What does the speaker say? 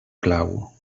clau